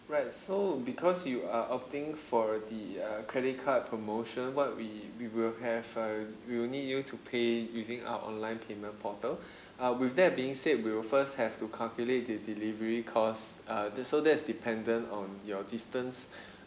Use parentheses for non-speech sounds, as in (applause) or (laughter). right so because you are opting for the uh credit card promotion what we we will have a we'll need you to pay using our online payment portal (breath) uh with that being said we will first have to calculate the delivery cost uh that's~ so that's dependent on your distance (breath)